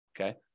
okay